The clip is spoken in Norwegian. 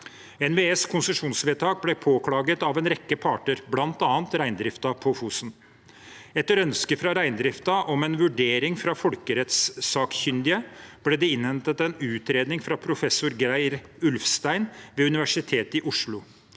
NVEs konsesjonsvedtak ble påklaget av en rekke parter, bl.a. reindriften på Fosen. Etter ønske fra reindriften om en vurdering fra folkerettssakkyndige ble det innhentet en utredning fra professor Geir Ulfstein ved Universitetet i Oslo.